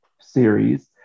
series